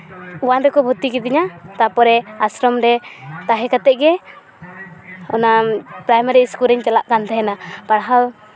one ᱨᱮᱠᱚ ᱵᱷᱚᱨᱛᱤ ᱠᱤᱫᱤᱧᱟ ᱛᱟᱨᱯᱚᱨᱮ ᱟᱥᱨᱚᱢ ᱨᱮ ᱛᱟᱦᱮᱸ ᱠᱟᱛᱮᱫ ᱜᱮ ᱚᱱᱟ ᱯᱨᱟᱭᱢᱟᱨᱤ ᱥᱠᱩᱞ ᱨᱤᱧ ᱪᱟᱞᱟᱜ ᱠᱟᱱ ᱛᱟᱦᱮᱱᱟ ᱯᱟᱲᱦᱟᱣ